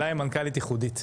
הילה היא מנכ"לית ייחודית.